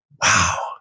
Wow